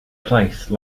place